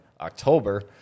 October